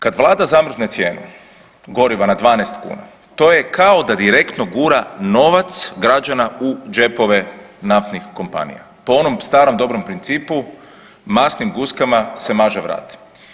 Kad Vlada zamrzne cijenu goriva na 12 kuna, to je kao da direktno gura novac građana u džepove naftnih kompanija po onom starom dobrom principu, masnim guskama se maže vrat.